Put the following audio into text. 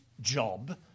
job